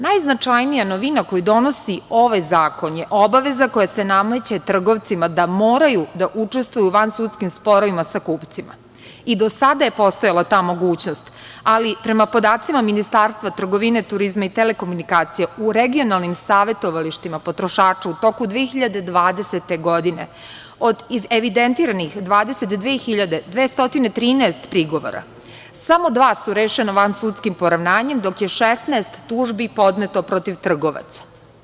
Najznačajnija novina koju donosi ovaj zakon je obaveza koja se nameće trgovcima da moraju učestvuju u vansudskim sporovima sa kupcima i do sada je postojala ta mogućnost, ali prema podacima Ministarstva trgovine, turizma i telekomunikacija u regionalnim savetovalištima potrošača u toku 2020. godine, od evidentiranih 22.213 prigovora, samo dva su rešena vansudskim poravnanjem dok je 16 tužbi podneto protiv trgovaca.